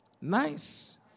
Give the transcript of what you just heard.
Nice